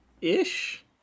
Ish